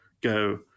go